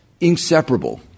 inseparable